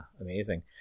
amazing